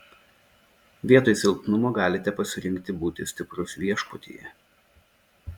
vietoj silpnumo galite pasirinkti būti stiprus viešpatyje